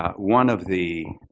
um one of the